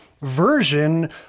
version